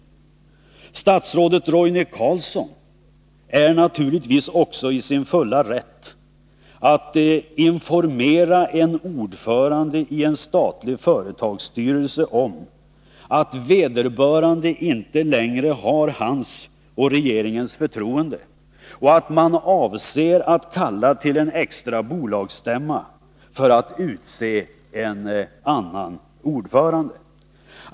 Statsrådet Roine Carlsson är naturligtvis också i sin fulla rätt att informera en ordförande i en statlig företagsstyrelse om att vederbörande inte längre har hans och regeringens förtroende och att man avser att kalla till en extra bolagsstämma för att utse en annan ordförande.